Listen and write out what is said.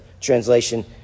translation